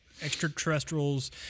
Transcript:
Extraterrestrials